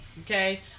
Okay